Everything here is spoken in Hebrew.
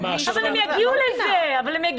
אנחנו לא מטפלים בזה,